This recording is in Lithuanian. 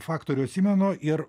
faktorių atsimenu ir